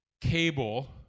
cable